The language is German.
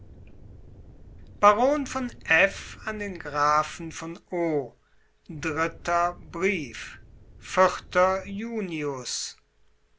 baron von f an den grafen von o achter brief